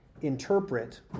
Interpret